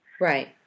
Right